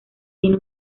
tiene